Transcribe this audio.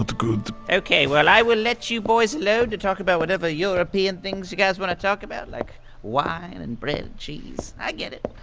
good ok, well, i will let you boys alone to talk about whatever european things you guys wanna talk about like wine and and bread and cheese. i get it.